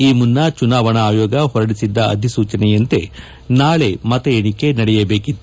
ಈ ಮುನ್ನ ಚುನಾವಣಾ ಆಯೋಗ ಹೊರಡಿಸಿದ್ದ ಅಧಿಸೂಚನೆಯಂತೆ ನಾಳೆ ಮತ ಎಣೆಕೆ ನಡೆಯಬೇಕಿತ್ತು